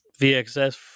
VXS